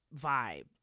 vibe